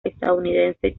estadounidense